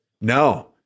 No